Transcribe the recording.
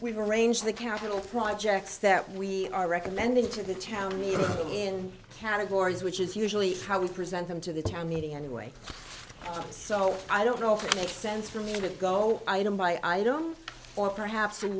we were arranged the capital projects that we are recommending to the town meeting in categories which is usually how we present them to the town meeting anyway so i don't know if it makes sense for me to go item by item or perhaps